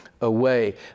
away